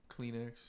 Kleenex